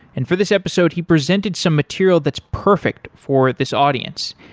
and for this episode, he presented some material that's perfect for this audience.